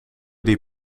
die